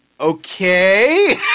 okay